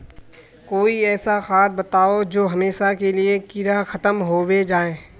कोई ऐसा खाद बताउ जो हमेशा के लिए कीड़ा खतम होबे जाए?